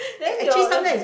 then your your